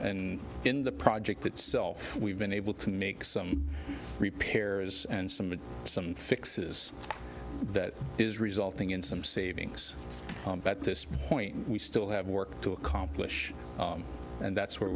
and in the project itself we've been able to make some repairs and some of some fixes that is resulting in some savings at this point we still have work to accomplish and that's where